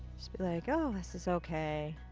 just be like, oh! this is ok.